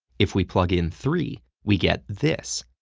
if we plug in three, we get this.